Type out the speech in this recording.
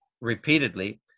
repeatedly